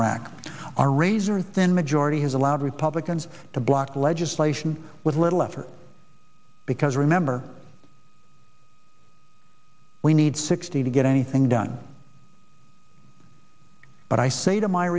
iraq our razor thin majority has allowed republicans to block legislation with little effort because remember we need sixty to get anything done but i say to my